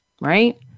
Right